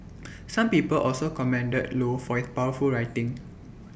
some people also commended low for his powerful writing